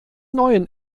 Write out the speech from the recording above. neuen